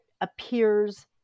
appears